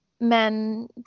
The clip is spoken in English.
men